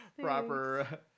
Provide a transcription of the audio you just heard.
proper